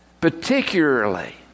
particularly